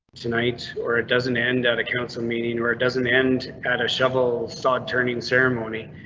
tonight or it doesn't end at a council meeting where it doesn't end at a shovel sod turning ceremony,